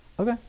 Okay